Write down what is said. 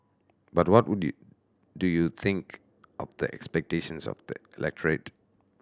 but what would you do you think of the expectations of the electorate